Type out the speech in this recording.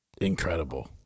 Incredible